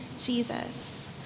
Jesus